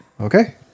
Okay